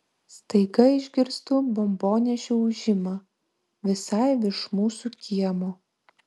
staiga išgirstu bombonešių ūžimą visai virš mūsų kiemo